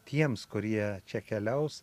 tiems kurie čia keliaus